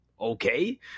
okay